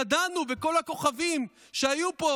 ידענו, וכל הכוכבים שהיו פה